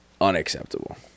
unacceptable